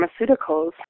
pharmaceuticals